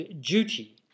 duty